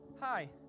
Hi